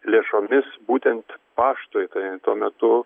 lėšomis būtent paštui tai tuo metu